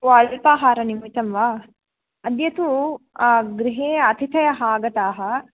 अल्पाहारनिमित्तं वा अद्य तु गृहे अतिथयः आगताः